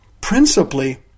principally